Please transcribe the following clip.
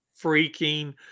Freaking